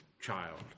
child